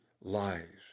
lies